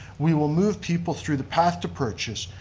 we will move people through the path to purchase,